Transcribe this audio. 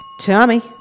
Tommy